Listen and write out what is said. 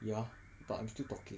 ya but I'm still talking